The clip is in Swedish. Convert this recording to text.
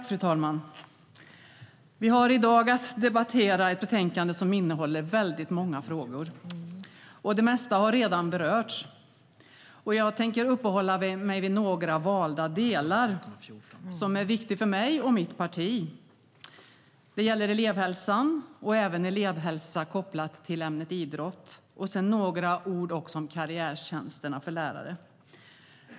Fru talman! Vi har i dag att debattera ett betänkande som innehåller väldigt många frågor. Det mesta har redan berörts. Jag tänker uppehålla mig vid några valda delar som är viktiga för mig och mitt parti. Det gäller elevhälsan och även elevhälsa kopplat till ämnet idrott. Jag ska också säga några ord om karriärtjänsterna för lärare.